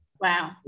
Wow